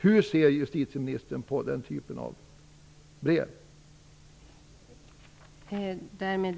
Hur ser justitieministern på den typen av brev?